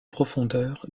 profondeur